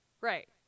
Right